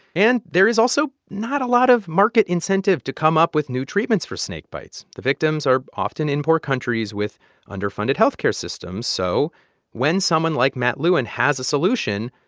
and there is also not a lot of market incentive to come up with new treatments for snakebites. the victims are often in poor countries with underfunded health care systems. so when someone like matt lewin has a solution,